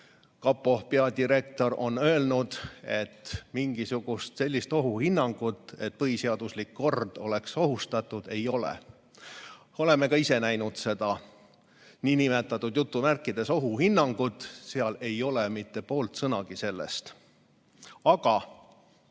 Kapo peadirektor on öelnud, et mingisugust sellist ohuhinnangut, et põhiseaduslik kord oleks ohustatud, ei ole. Oleme ka ise näinud seda nn ohuhinnangut, seal ei ole mitte poolt sõnagi sellest. Aga